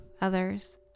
others